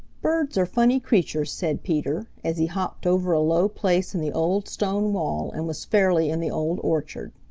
birds are funny creatures, said peter, as he hopped over a low place in the old stone wall and was fairly in the old orchard.